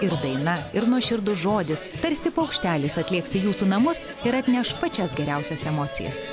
ir daina ir nuoširdus žodis tarsi paukštelis atlėks į jūsų namus ir atneš pačias geriausias emocijas